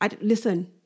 Listen